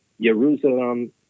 Jerusalem